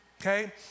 Okay